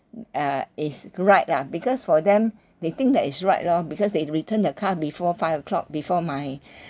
uh is right lah because for them they think that is right lor because they return the car before five o'clock before my